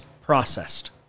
processed